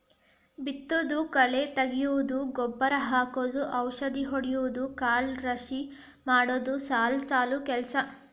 ಬಿತ್ತುದು ಕಳೆ ತಗಿಯುದು ಗೊಬ್ಬರಾ ಹಾಕುದು ಔಷದಿ ಹೊಡಿಯುದು ಕಾಳ ರಾಶಿ ಮಾಡುದು ಸಾಲು ಸಾಲು ಕೆಲಸಾ